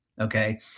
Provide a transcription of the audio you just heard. okay